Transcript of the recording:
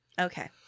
Okay